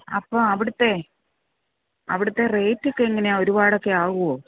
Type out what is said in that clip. അപ്പോൾ അവിടുത്തെ അവിടുത്തെ റേറ്റൊക്കെ എങ്ങനെയാണ് ഒരുപാടൊക്കെ ആകുമോ